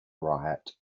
riot